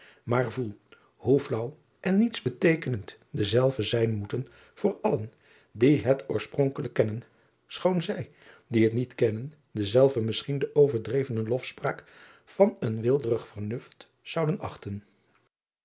maar voel hoe flaauw en niets beteekenend dezelve zijn moeten voor allen die het oorspronkelijk kennen schoon zij die het niet kennen dezelve misschien de overdrevene lofspraak van een weelderig vernuft zouden achten